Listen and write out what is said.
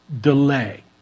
delay